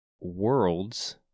worlds